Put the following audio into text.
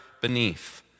beneath